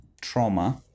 trauma